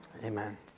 Amen